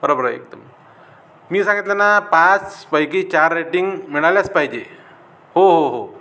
बरं बरं एकदम मी सांगितलं ना पाचपैकी चार रेटिंग मिळाल्याच पाहिजे हो हो हो